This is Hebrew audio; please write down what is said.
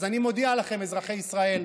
אז אני מודיע לכם, אזרחי ישראל: